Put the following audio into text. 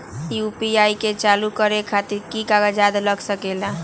UPI के चालु करे खातीर कि की कागज़ात लग सकेला?